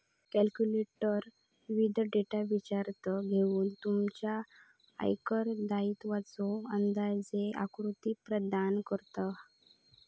calculator विविध data विचारात घेऊन तुमच्या आयकर दायित्वाचो अंदाजे आकृती प्रदान करता